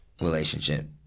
relationship